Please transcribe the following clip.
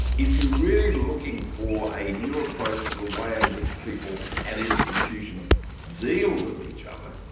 if you're really looking for a new approach to the way in which people and institutions deal with each other,